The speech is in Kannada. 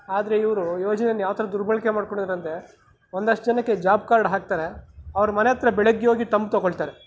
ಆದರೆ ಇವರು ಯೋಜನೇನ ಯಾವ ಥರ ದುರ್ಬಳಕೆ ಮಾಡ್ಕೊಂಡಿದಾರೆ ಅಂದರೆ ಒಂದಷ್ಟು ಜನಕ್ಕೆ ಜಾಬ್ ಕಾರ್ಡ್ ಹಾಕ್ತಾರೆ ಅವ್ರ ಮನೆ ಹತ್ರ ಬೆಳಿಗ್ಗೆ ಹೋಗಿ ತಂಬ್ ತೊಗೊಳ್ತಾರೆ